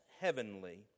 heavenly